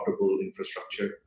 infrastructure